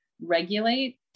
regulate